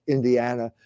Indiana